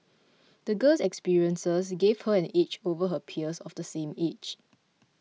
the girl's experiences gave her an edge over her peers of the same age